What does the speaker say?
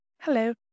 hello